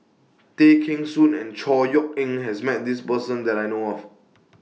Tay Kheng Soon and Chor Yeok Eng has Met This Person that I know of